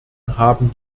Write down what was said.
haben